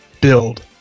build